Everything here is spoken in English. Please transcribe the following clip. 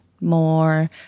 more